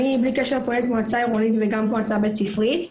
אני בלי קשר פועלת במועצה וגם במועצה הבית ספרית.